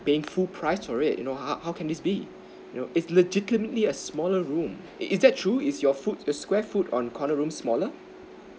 paying full price for it you know how how can this be you know it's legitimately a smaller room is is that true is your foot the square foot on corner room smaller